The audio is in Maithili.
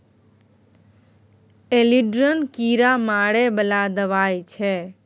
एल्ड्रिन कीरा मारै बला दवाई छै